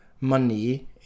money